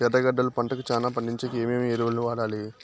ఎర్రగడ్డలు పంటను చానా పండించేకి ఏమేమి ఎరువులని వాడాలి?